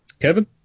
Kevin